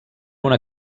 una